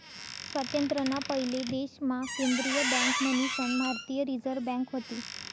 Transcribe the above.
स्वातंत्र्य ना पयले देश मा केंद्रीय बँक मन्हीसन भारतीय रिझर्व बँक व्हती